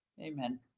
Amen